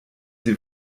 sie